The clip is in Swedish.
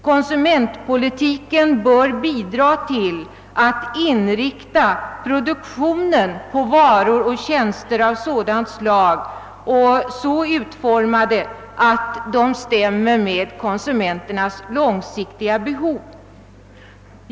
Konsumentpolitiken bör bidra till att inrikta produktionen på varor och tjänster av sådant slag och så utformade, att de stämmer med konsumenternas långsiktiga behov.